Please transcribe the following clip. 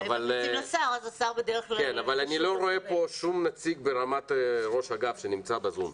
אבל אני לא רואה פה שום נציג ברמת ראש אגף שנמצא בזום,